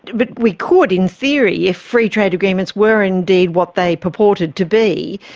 but we could in theory, if free-trade agreements where indeed what they purported to be.